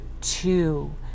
Two